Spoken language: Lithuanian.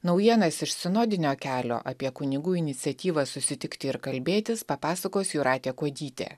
naujienas iš sinodinio kelio apie kunigų iniciatyvą susitikti ir kalbėtis papasakos jūratė kuodytė